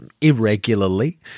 irregularly